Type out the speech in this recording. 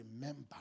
remember